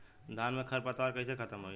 धान में क खर पतवार कईसे खत्म होई?